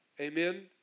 Amen